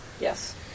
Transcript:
Yes